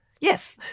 yes